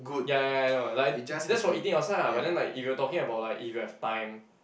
ya ya ya I know like that's for eating outside ah but then like if you are talking about like if you have time